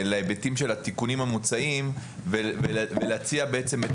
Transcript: להיבטים של התיקונים המוצעים ולהציע בעצם את